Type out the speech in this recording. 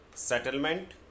settlement